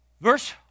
Verse